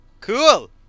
cool